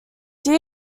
geo